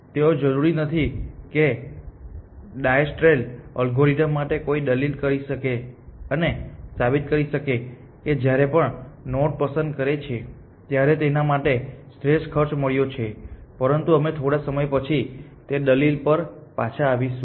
તેઓ જરૂરી નથી કે ડાયસ્ટ્રેટલ એલ્ગોરિધમ માટે કોઈ દલીલ કરી શકે અને સાબિત કરી શકે કે જ્યારે પણ તે નોડ પસંદ કરે છે ત્યારે તેને તેના માટે શ્રેષ્ઠ ખર્ચ મળ્યો છે પરંતુ અમે થોડા સમય પછી તે દલીલ પર પાછા આવીશું